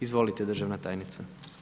Izvolite državna tajnice.